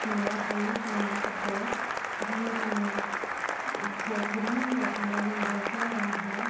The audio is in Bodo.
होननाया थायो जोंनि गोसोआव ओंखायनो जोंङो गोबां जायगायाव थांनायाव जोंङो बर'खौ रायलायनो हाया